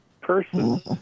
person